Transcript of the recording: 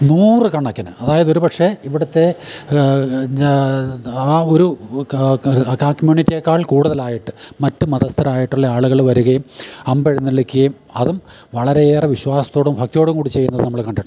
നൂറ് കണക്കിന് അതായത് ഒരു പക്ഷേ ഇവിടത്തെ ആ ഒരു കമ്മ്യൂണിറ്റിയെക്കാൾ കൂടുതലായിട്ട് മറ്റ് മതസ്ഥരായിട്ടുള്ള ആളുകൾ വരികയും അമ്പെഴുന്നള്ളിക്കയും അതും വളരെ ഏറെ വിശ്വാസത്തോടും ഭക്തിയോടും കൂടി ചെയ്യുന്നത് നമ്മൾ കണ്ടിട്ടുണ്ട്